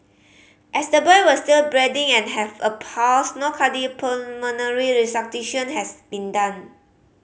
as the boy was still breathing and have a pulse no cardiopulmonary resuscitation has been done